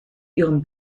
ihren